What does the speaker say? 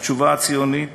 התשובה הציונית